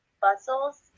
bustles